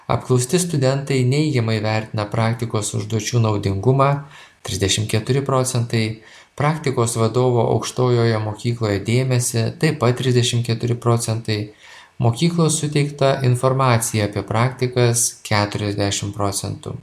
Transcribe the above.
apklausti studentai neigiamai vertina praktikos užduočių naudingumą trisdešim keturi procentai praktikos vadovo aukštojoje mokykloje dėmesį taip pat trisdešim keturi procentai mokyklos suteiktą informaciją apie praktikas keturiasdešim procentų